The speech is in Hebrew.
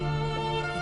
עומד?